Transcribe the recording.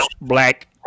black